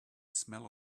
smell